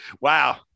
Wow